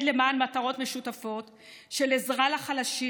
למען מטרות משותפות של עזרה לחלשים.